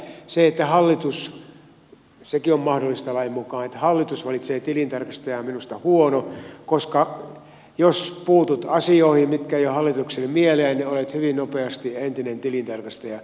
se että hallitus sekin on mahdollista lain mukaan valitsee tilintarkastajan on minusta huono koska jos puutut asioihin mitkä eivät ole hallitukselle mieleen niin olet hyvin nopeasti entinen tilintarkastaja